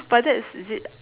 but that's is it